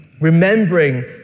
remembering